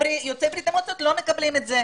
ויוצאי ברית המועצות לא מקבלים את זה.